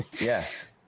Yes